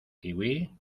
kiwi